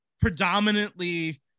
predominantly